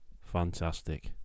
Fantastic